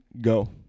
Go